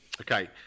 Okay